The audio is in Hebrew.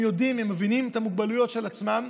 הם יודעים, הם מבינים את המוגבלויות של עצמם,